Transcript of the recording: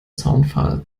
zaunpfahl